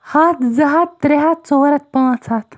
ہَتھ زٕ ہَتھ ترٛےٚ ہَتھ ژور ہَتھ پانٛژھ ہَتھ